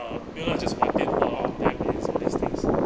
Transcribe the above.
uh 有了 just 玩电话 loh all these things